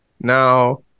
now